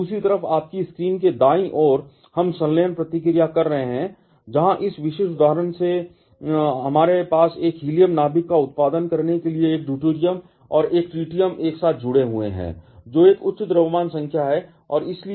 दूसरी तरफ आपकी स्क्रीन के दाईं ओर हम संलयन प्रतिक्रिया कर रहे हैं जहां इस विशेष उदाहरण में हमारे पास एक हीलियम नाभिक का उत्पादन करने के लिए एक ड्यूटेरियम और एक ट्रिटियम एक साथ जुड़े हुए हैं जो एक उच्च द्रव्यमान संख्या है और इसलिए